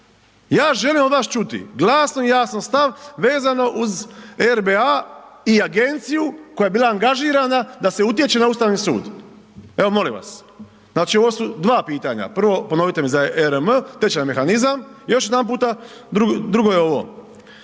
ja želim od vas čuti jasno i glasno stav vezano uz RBA-a i agenciju koja je bila angažirana da se utječe na Ustavni sud. Evo molim vas. Znači ovo su dva pitanja, prvo ponovite mi za ERM tečajni mehanizam još jedanputa, drugo je ovo.